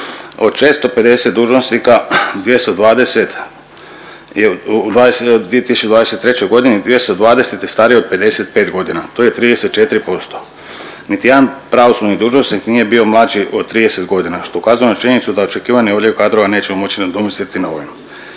Od 650 dužnosnika 220 je u 2023. godini 220 je starije od 55 godina to je 34%. Niti jedan pravosudni dužnosnik nije bio mlađi od 30 godina što ukazuje na činjenicu da očekivani odljev kadrova nećemo moći nadomjestiti novim.